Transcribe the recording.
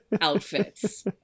outfits